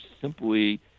simply